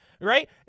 right